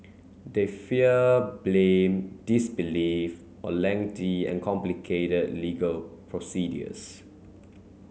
they fear blame disbelief or lengthy and complicated legal procedures